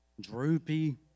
droopy